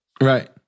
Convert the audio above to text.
Right